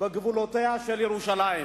בגבולותיה של ירושלים.